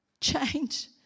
Change